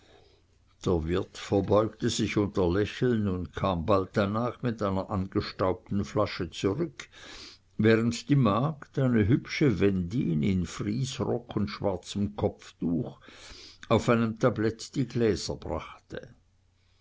der wirt verbeugte sich unter lächeln und kam bald danach mit einer angestaubten flasche zurück während die magd eine hübsche wendin in friesrock und schwarzem kopftuch auf einem tablett die gläser brachte